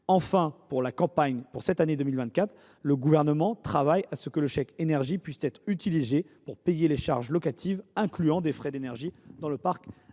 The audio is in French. Enfin, pour la campagne 2024, le Gouvernement travaille à ce que le chèque énergie puisse être utilisé pour payer les charges locatives incluant des frais d’énergie dans le parc